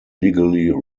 legally